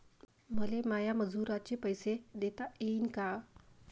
मले माया मजुराचे पैसे देता येईन का?